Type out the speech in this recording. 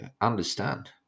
understand